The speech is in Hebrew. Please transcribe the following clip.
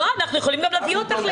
לא, אנחנו גם יכולים להביא אותך לכאן.